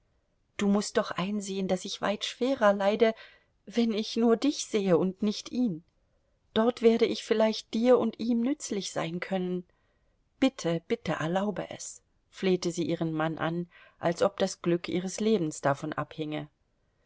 du mußt doch einsehen daß ich weit schwerer leide wenn ich nur dich sehe und nicht ihn dort werde ich vielleicht dir und ihm nützlich sein können bitte bitte erlaube es flehte sie ihren mann an als ob das glück ihres lebens davon abhinge